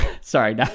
Sorry